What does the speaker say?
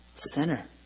Sinner